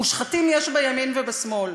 מושחתים יש בימין ובשמאל